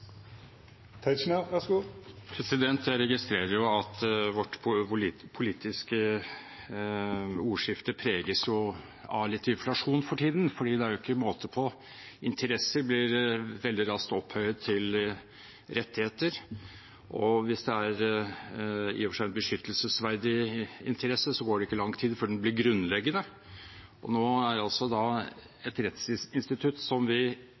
Jeg registrerer at vårt politiske ordskifte preges av litt inflasjon for tiden, for det er ikke måte på hvordan interesser veldig raskt blir opphøyet til rettigheter. Hvis det er en i og for seg beskyttelsesverdig interesse, går det ikke lang tid før den blir grunnleggende. Nå skal altså et rettsinstitutt som vi